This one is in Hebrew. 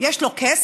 יש לו כסף?